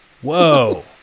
Whoa